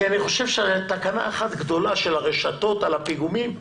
כי אני חושב שתקנה אחת גדולה של הרשתות על הפיגומים,